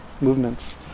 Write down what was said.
movements